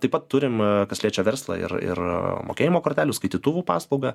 taip pat turim kas liečia verslą ir ir mokėjimo kortelių skaitytuvų paslaugą